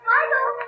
Michael